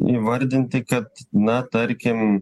įvardinti kad na tarkim